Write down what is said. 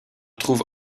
trouve